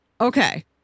Okay